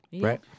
Right